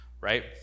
right